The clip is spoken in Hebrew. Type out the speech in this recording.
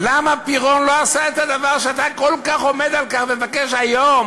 למה פירון לא עשה את הדבר שאתה כל כך עומד עליו ומבקש היום,